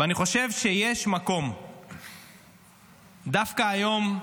אני חושב שיש מקום דווקא היום,